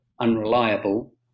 unreliable